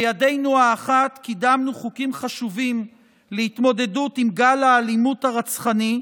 בידנו האחת קידמנו חוקים חשובים להתמודדות עם גל האלימות הרצחני,